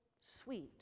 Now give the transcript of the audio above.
sweet